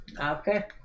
Okay